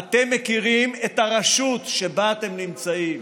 אתם מכירים את הרשות שבה אתם נמצאים,